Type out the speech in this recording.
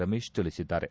ರಮೇಶ್ ತಿಳಿಸಿದ್ದಾರೆ